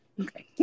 Okay